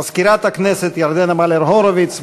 מזכירת הכנסת ירדנה מלר-הורוביץ,